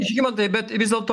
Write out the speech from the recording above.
žygimantai bet vis dėlto